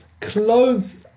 Clothes